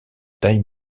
taille